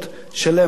שאין להם רכב,